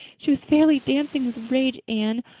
she was fairly dancing with rage, anne.